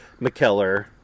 McKellar